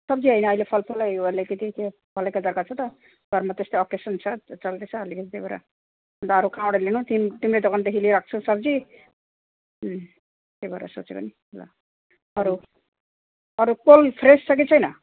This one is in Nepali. सब्जी होइन अहिले फलफुलै हो अलिकति त्यो मलाई केही दरकार छ त घरमा त्यस्तै ओकेजन छ चल्दैछ लेकिन त्यही भएर अन्त अरू कहाँबाट लिनु तिम तिम्रै दोकानदेखि लिइरहेको छु सब्जी त्यही भएर सोचेको नि ल अरू अरू कोला फ्रेस छ कि छैन